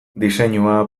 diseinua